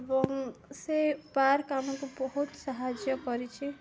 ଏବଂ ସେ ପାର୍କ ଆମକୁ ବହୁତ ସାହାଯ୍ୟ କରିଛି